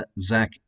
Zach